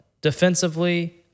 Defensively